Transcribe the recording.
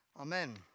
Amen